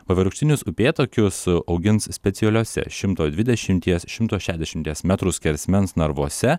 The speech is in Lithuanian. vaivorykštinius upėtakius augins specialiuose šimto dvidešimties šimto šešiasdešimties metrų skersmens narvuose